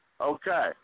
okay